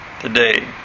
today